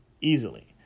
easily